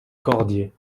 cordier